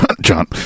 John